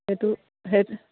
সেইটো সেই